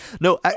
No